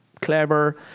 clever